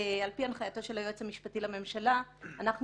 על פי הנחייתו של היועץ המשפטי לממשלה אנחנו